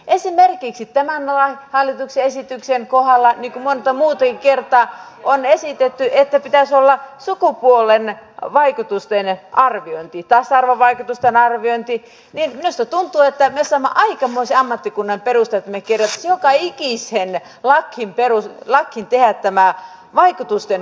esimerkiksi tämän hallituksen esityksen kohdalla niin kuin monta muutakin kertaa on esitetty että pitäisi olla sukupuolivaikutusten arviointi tasa arvovaikutusten arviointi ja minusta tuntuu että me saamme aikamoisen ammattikunnan perustettua kun me tekisimme joka ikiseen lakiin tämän vaikutusten arvioinnin